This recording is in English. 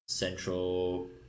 Central